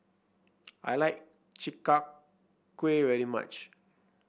I like Chi Kak Kuih very much